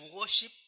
worship